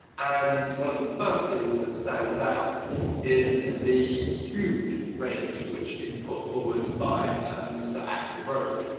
and one of the first things that stands out is the huge range which is put forward by mister axl rose.